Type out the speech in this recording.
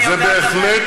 בהחלט.